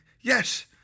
Yes